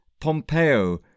Pompeo